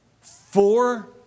Four